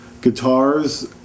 guitars